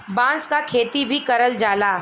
बांस क खेती भी करल जाला